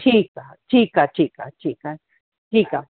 ठीकु आहे ठीकु आहे ठीकु आहे ठीकु आहे ठीकु आहे